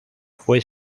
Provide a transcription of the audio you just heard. fue